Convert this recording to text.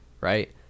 right